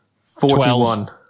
Forty-one